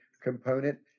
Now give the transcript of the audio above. component